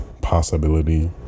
possibility